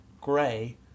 Gray